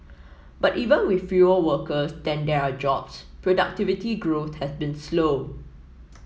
but even with fewer workers than there are jobs productivity growth has been slow